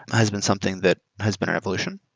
has been something that has been an evolution.